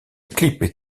clip